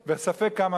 לפחות למשך שנה,